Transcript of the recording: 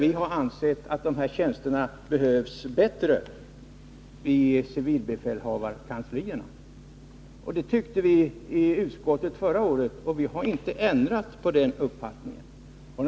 Vi har ansett att dessa fem tjänster behövs bättre vid civilbefälhavarkanslierna. Den uppfattningen hade vi i utskottet förra året, och vi har inte ändrat oss.